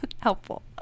Helpful